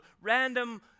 random